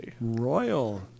Royal